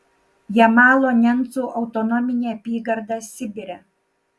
jamalo nencų autonominė apygarda sibire